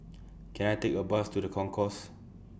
Can I Take A Bus to The Concourse